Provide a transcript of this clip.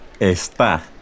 está